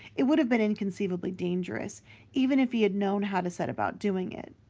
it would have been inconceivably dangerous even if he had known how to set about doing it.